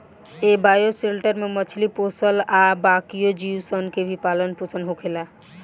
ए bioshelter में मछली पोसल आ बाकिओ जीव सन के भी पालन पोसन होखेला